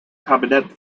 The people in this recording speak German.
kabinett